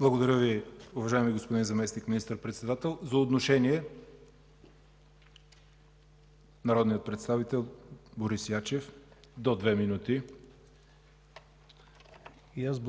Благодаря Ви, уважаеми господин Заместник-министър председател. За отношение – народният представител Борис Ячев, до две минути. БОРИС ЯЧЕВ (ПФ): И аз